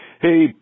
Hey